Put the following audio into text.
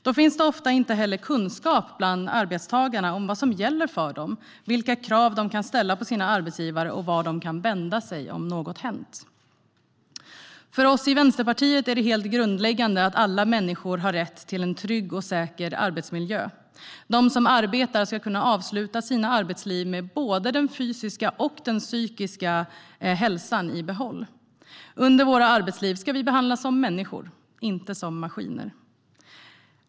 Då finns det ofta inte heller kunskap bland arbetstagarna om vad som gäller för dem, vilka krav de kan ställa på sina arbetsgivare och vart de kan vända sig om något hänt. För oss i Vänsterpartiet är det helt grundläggande att alla människor har rätt till en trygg och säker arbetsmiljö. De som arbetar ska kunna avsluta sina arbetsliv med både den fysiska och den psykiska hälsan i behåll. Under våra arbetsliv ska vi behandlas som människor, inte som maskiner.